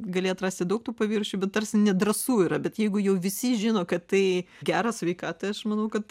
gali atrasti daug tų paviršių bet tarsi nedrąsu yra bet jeigu jau visi žino kad tai gera sveikatai aš manau kad